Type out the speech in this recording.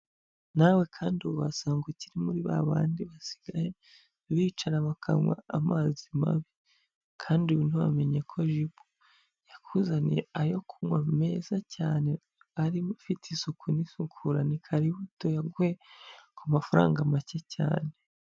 Nawe kandi ubu wasanga ikiri muri ba bandi basigaye bicara bakanywa amazi mabi kandi ubu ntiwamenye ko Jibu yakuzaniye ayo kunywa meza cyane afite isuku n'isukura, ni ikaribu tuyaguhe ku mafaranga make cyane.